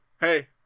Hey